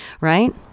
right